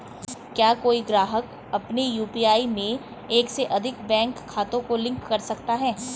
क्या कोई ग्राहक अपने यू.पी.आई में एक से अधिक बैंक खातों को लिंक कर सकता है?